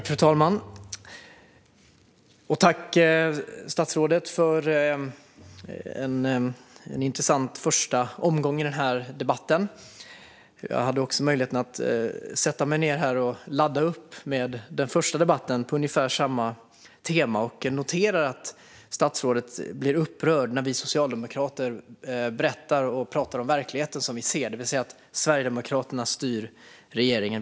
Fru talman! Jag tackar statsrådet för en intressant första omgång i denna debatt. Jag hade möjlighet att sätta mig och ladda upp med den första debatten på ungefär samma tema. Jag noterar att statsrådet blir upprörd när vi socialdemokrater pratar om verkligheten som vi ser den, det vill säga att Sverigedemokraterna styr regeringen.